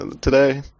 today